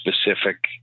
specific